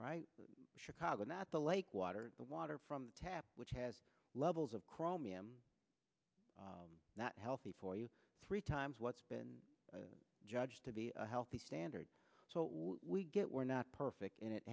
chicago not the lake water the water from the tap which has levels of chromium not healthy for you three times what's been judged to be a healthy standard so we get we're not perfect and it